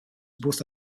both